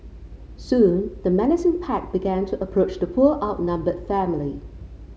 soon the menacing pack began to approach the poor outnumbered family